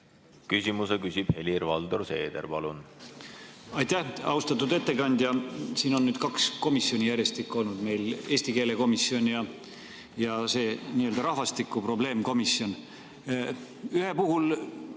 Küsimuse küsib Helir-Valdor Seeder. Palun!